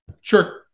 sure